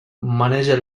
maneja